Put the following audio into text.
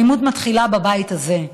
האלימות מתחילה בבית הזה,